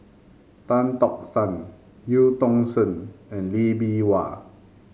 Tan Tock San Eu Tong Sen and Lee Bee Wah